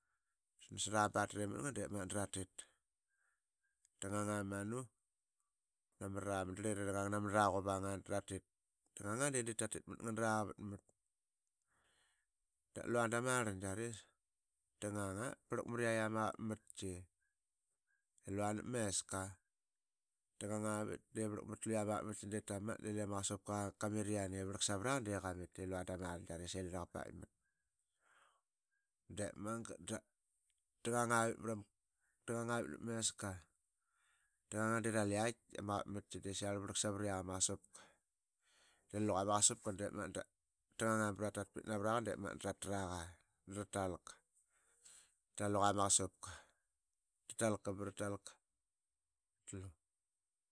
Drasnas ama batri matngat dratit. Namrara madrlit ira ngang namnara quvanga dratit. tnganga de diip tatit matngnara qavat mat dalua damarlngiaris, tanganga de vrlak mriyaitk i lua nap meska. Tangangavit bep tatrama mungavit de ama qasupka qamit i vrlak savraqa dap qamit elua damarlngiaris. Dep magat drangang avit nap meska tnganga de ralu yaitk ma qavatmatqi siaqarl vrlak savriak ama qasupka. Talu luqa ama qasupka dranganga bratatvit navraqa dratraqa dratalka tataluqa ama qasupka tatalka bratalka. Atlu.